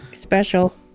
special